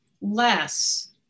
less